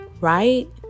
right